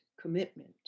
commitment